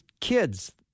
kids